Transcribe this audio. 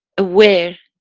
aware